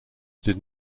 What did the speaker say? did